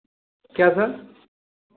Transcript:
क्या सर